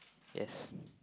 yes